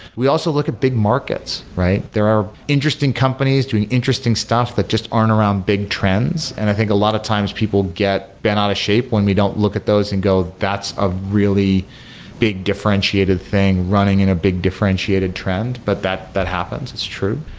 we also look at big markets. there are interesting companies doing interesting stuff that just aren't around big trends. and i think a lot of times people get bent out of shape when we don't look at those and go, that's a really big differentiated thing running in a big differentiated trend, but that that happens. it's true.